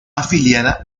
afiliada